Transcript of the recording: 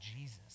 Jesus